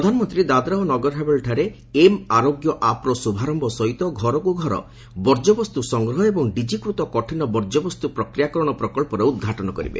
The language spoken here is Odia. ପ୍ରଧାନମନ୍ତ୍ରୀ ଦାଦ୍ରା ଓ ନଗରହାବେଳି ଠାରେ ଏମ ଆରୋଗ୍ୟ ଆପ୍ର ଶୁଭାରମ୍ଭ ସହିତ ଘରକୁ ଘର ବର୍ଜ୍ୟବସ୍ତୁ ସଂଗ୍ରହ ଏବଂ ଡିଜିକୃତ କଠିନ ବର୍ଜ୍ୟବସ୍ତୁ ପ୍ରକ୍ରିୟାକରଣ ପ୍ରକଳ୍ପର ଉଦ୍ଘାଟନ କରିବେ